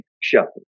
shepherd